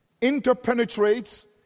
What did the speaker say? interpenetrates